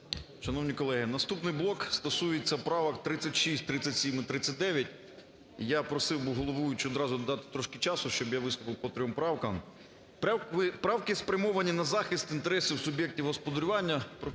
Шановні колеги, наступний блок стосується правок 36, 37 і 39. Я просив би головуючу одразу дати трошки часу, щоб я виступив по трьом правкам. Правки спрямовані на захист інтересів суб'єктів господарювання,